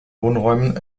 wohnräumen